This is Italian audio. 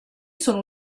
sono